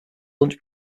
lunch